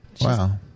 Wow